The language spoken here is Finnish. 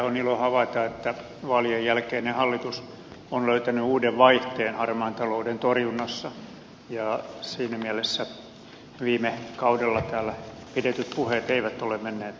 on ilo havaita että vaalien jälkeinen hallitus on löytänyt uuden vaihteen harmaan talouden torjunnassa ja siinä mielessä viime kaudella täällä pidetyt puheet eivät ole menneet hukkaan